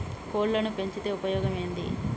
కోళ్లని పెంచితే ఉపయోగం ఏంది?